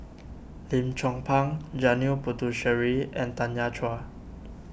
Lim Chong Pang Janil Puthucheary and Tanya Chua